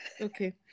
okay